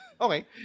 Okay